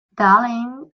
darling